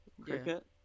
cricket